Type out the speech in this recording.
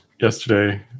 yesterday